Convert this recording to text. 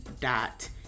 dot